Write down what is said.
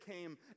came